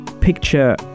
picture